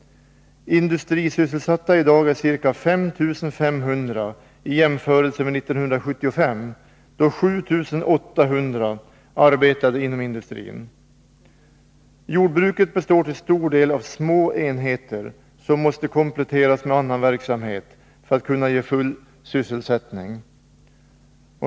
I dag är ca 5 500 sysselsatta inom industrin jämfört med 1975 då 7 800 arbetade inom industrin. Jordbruket består till stor del av små enheter som måste kompletteras med annan verksamhet för att kunna ge full sysselsättning.